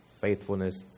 faithfulness